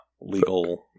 legal